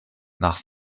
nach